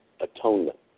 atonement